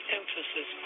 emphasis